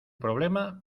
problema